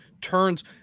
turns